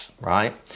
right